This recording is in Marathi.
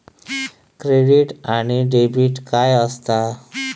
क्रेडिट आणि डेबिट काय असता?